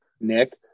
Nick